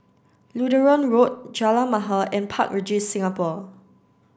Lutheran Road Jalan Mahir and Park Regis Singapore